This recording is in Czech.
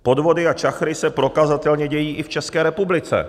Podvody a čachry se prokazatelně dějí i v České republice.